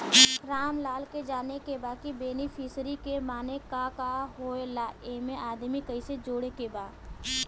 रामलाल के जाने के बा की बेनिफिसरी के माने का का होए ला एमे आदमी कैसे जोड़े के बा?